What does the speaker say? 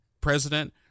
president